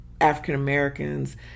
African-Americans